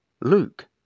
Luke